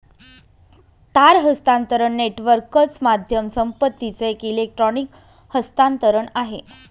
तार हस्तांतरण नेटवर्कच माध्यम संपत्तीचं एक इलेक्ट्रॉनिक हस्तांतरण आहे